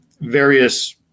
various